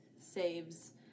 saves